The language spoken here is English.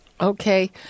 Okay